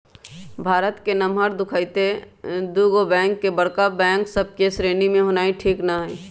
भारत के नमहर देखइते दुगो बैंक के बड़का बैंक सभ के श्रेणी में होनाइ ठीक न हइ